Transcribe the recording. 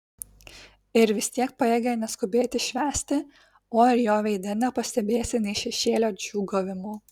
ir vis tiek pajėgia neskubėti švęsti o ir jo veide nepastebėsi nė šešėlio džiūgavimo